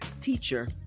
teacher